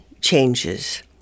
changes